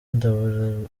nderabuzima